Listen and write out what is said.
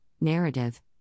narrative